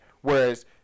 Whereas